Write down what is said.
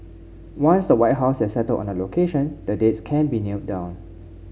once the White House has settled on a location the dates can be nailed down